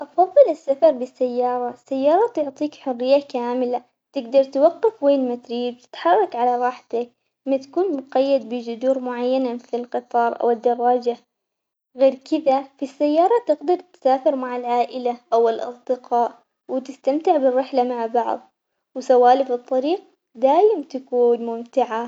أفضل السفر بالسيارة، السيارة تعطيك حرية كاملة تقدر توقف وين ما تريد تتحرك على راحتك ما تكون مقيد بجدور معينة مثل القطار أو الدراجة، غير كذا في السيارة تقدر تسافر مع العائلة أو الأصدقاء وتستمتع بالرحلة مع بعض، وسوالف الطريق دايم تكون ممتعة.